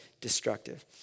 destructive